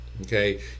Okay